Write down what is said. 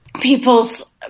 people's